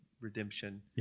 redemption